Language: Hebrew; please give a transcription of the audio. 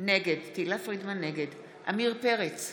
נגד עמיר פרץ,